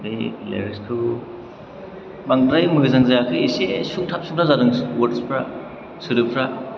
बे लिरिग्सखौ बांद्राय मोजां जायाखै एसे सुंथाब सुंथाब जादों वार्दसफ्रा सोदोबफ्रा